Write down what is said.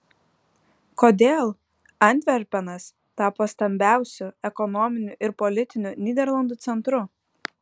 kodėl antverpenas tapo stambiausiu ekonominiu ir politiniu nyderlandų centru